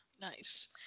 Nice